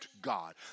God